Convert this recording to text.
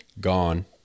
Gone